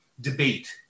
debate